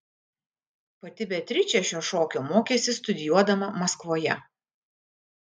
pati beatričė šio šokio mokėsi studijuodama maskvoje